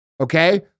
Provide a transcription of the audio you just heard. Okay